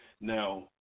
Now